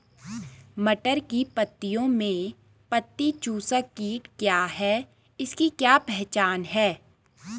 मटर की पत्तियों में पत्ती चूसक कीट क्या है इसकी क्या पहचान है?